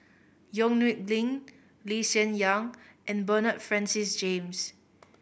Yong Nyuk Lin Lee Hsien Yang and Bernard Francis James